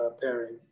pairing